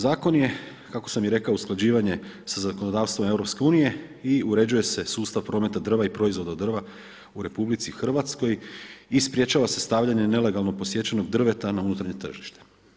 Zakon je kako sam i rekao usklađivanje sa zakonodavstvom EU i uređuje se sustav prometa drva i proizvoda drva u RH i sprječava se stavljanje nelegalno posjećenog drveta na unutarnje tržište.